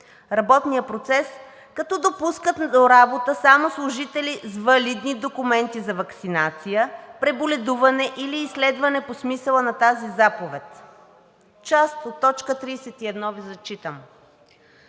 работния процес, като допускат до работа само служители с валидни документи за ваксинация, преболедуване или изследване по смисъла на тази заповед.“ Част от т. 31 Ви зачитам.